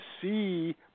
see